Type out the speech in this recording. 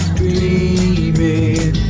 dreaming